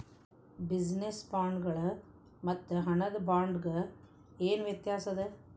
Business ಬಾಂಡ್ಗಳ್ ಮತ್ತು ಹಣದ ಬಾಂಡ್ಗ ಏನ್ ವ್ಯತಾಸದ?